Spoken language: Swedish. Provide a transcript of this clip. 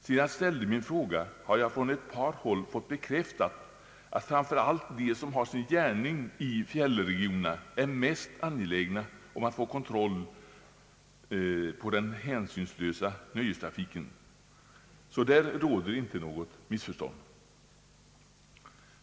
Sedan jag ställde min fråga har jag från ett par håll fått bekräftat att de som har sin gärning i fjällregionerna är mest angelägna om att få kontroll över den hänsynslösa nöjestrafiken, så därvidlag råder inte något missförstånd.